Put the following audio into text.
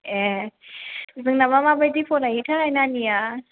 ए जोंनाबा माबायदि फरायोथाय नानिया